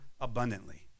abundantly